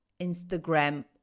Instagram